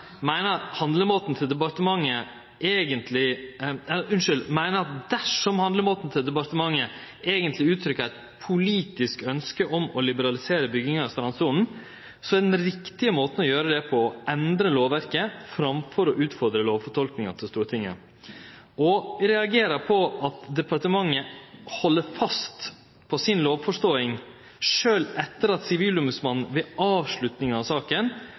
meiner at dersom handlemåten til departementet eigentleg uttrykkjer eit politisk ønske om å liberalisere bygginga i strandsona, er den riktige måten å gjere det på å endre lovverket, framfor å utfordre lovfortolkinga til Stortinget. Og ein reagerer på at departementet held fast på si lovforståing, sjølv etter at Sivilombodsmannen ved avsluttinga av saka